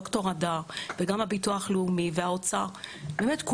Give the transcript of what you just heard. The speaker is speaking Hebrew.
ד"ר הדר וגם הביטוח הלאומי ומשרד האוצר.